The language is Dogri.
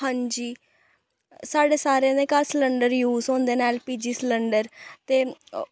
हांजी साढ़े सारें दे घर सलैंडर यूज होंदे न ऐल्ल पी जी सलैंडर ते